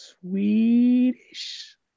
Swedish